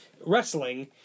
wrestling